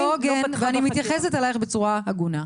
אבל זה לא הוגן, ואני מתייחסת אלייך בצורה הגונה.